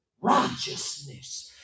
Righteousness